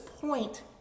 point